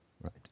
Right